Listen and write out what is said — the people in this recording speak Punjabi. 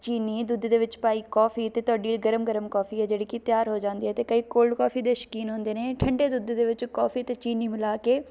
ਚੀਨੀ ਦੁੱਧ ਦੇ ਵਿੱਚ ਪਾਈ ਕੋਫੀ ਤੁਹਾਡੀ ਗਰਮ ਗਰਮ ਕੋਫੀ ਹੈ ਜਿਹੜੀ ਕਿ ਤਿਆਰ ਹੋ ਜਾਂਦੀ ਹੈ ਅਤੇ ਕਈ ਕੋਲਡ ਕੋਫੀ ਦੇ ਸ਼ੌਕੀਨ ਹੁੰਦੇ ਨੇ ਠੰਡੇ ਦੁੱਧ ਦੇ ਵਿੱਚ ਕੋਫੀ ਅਤੇ ਚੀਨੀ ਮਿਲਾ ਕੇ